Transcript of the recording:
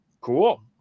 Cool